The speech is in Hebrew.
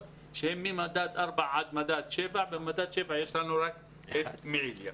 שהן מדד 4 עד מדד 7 כאשר במדד 7 יש לנו רק מקום אחד.